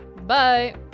Bye